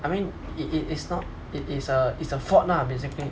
I mean it it is not it is a it's a fault lah basically